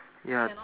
ya